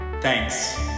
Thanks